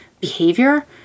behavior